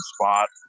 spot